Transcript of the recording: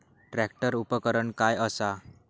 Tractor उपकरण काय असा?